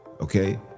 okay